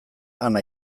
ana